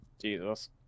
Jesus